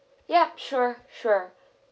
ya sure sure